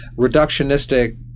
reductionistic